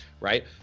right